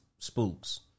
Spooks